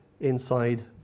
inside